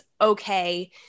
okay